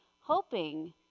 hoping